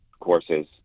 courses